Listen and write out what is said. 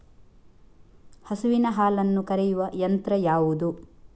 ಹಸುವಿನ ಹಾಲನ್ನು ಕರೆಯುವ ಯಂತ್ರ ಯಾವುದು?